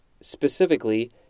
specifically